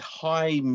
high